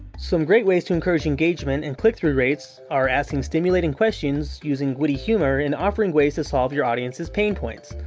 some great ways to encourage engagement and click-through rates are asking stimulating questions using witty humor and offering ways to solve your audience's pain points.